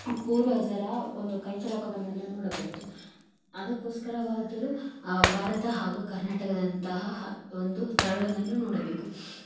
ಪೂರ್ವಜರ ಒಂದು ಕೈಚಳಕವನ್ನೆಲ್ಲ ನೋಡಬಹುದು ಅದಕೋಸ್ಕರವಾದರು ಭಾರತ ಹಾಗು ಕರ್ನಾಟಕದಂತಹ ಒಂದು ಸ್ಥಳಗಳನ್ನು ನೋಡಬೇಕು